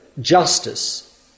justice